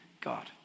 God